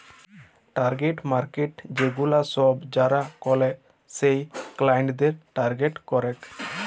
target markets সেগুলা সব যারা কেলে সেই ক্লায়েন্টদের টার্গেট করেক